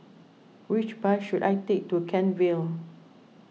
which bus should I take to Kent Vale